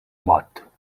bot